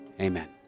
Amen